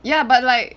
ya but like